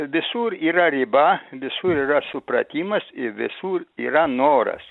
visur yra riba visur yra supratimas ir visur yra noras